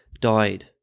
died